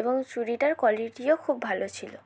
এবং চুড়িটার কোয়ালিটিও খুব ভালো ছিল